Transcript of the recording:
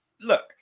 Look